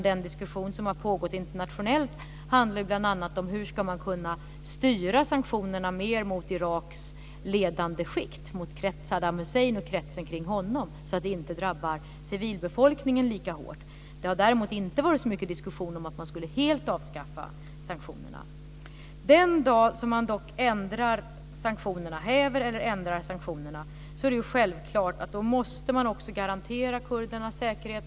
Den diskussion som pågått internationellt handlar bl.a. om hur man ska kunna styra sanktionerna mer mot Iraks ledande skikt, mot Saddam Hussein och kretsen kring honom, så att de inte drabbar civilbefolkningen lika hårt. Det har däremot inte varit så mycket diskussion om att man helt skulle avskaffa sanktionerna. Den dag som man häver eller ändrar sanktionerna är det dock självklart att man också måste garantera kurdernas säkerhet.